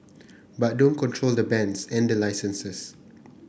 but don't control the bands and the licenses